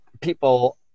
people